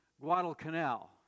Guadalcanal